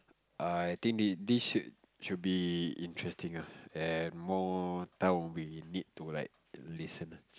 I think the this should should be interesting ah and more time we need to like listen ah